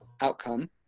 outcome